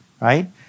right